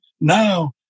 Now